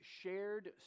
shared